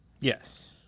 Yes